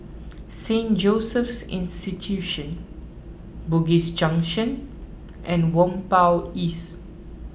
Saint Joseph's Institution Bugis Junction and Whampoa East